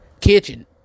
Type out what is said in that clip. kitchen